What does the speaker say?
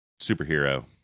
superhero